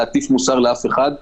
להטיף מוסר לאף אחד,